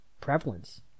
prevalence